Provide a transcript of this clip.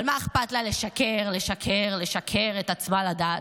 אבל מה אכפת לה לשקר, לשקר, לשקר את עצמה לדעת?